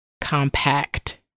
compact